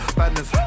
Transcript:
badness